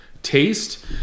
taste